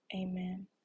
Amen